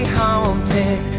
haunted